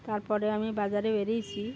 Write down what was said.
তার পরে আমি বাজারে বেরিয়েছি